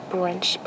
Brunch